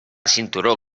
cinturó